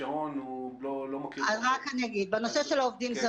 השעון לא --- אז אני רק אגיד בנושא של עובדים.